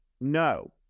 no